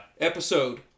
Episode